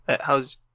How's